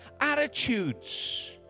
attitudes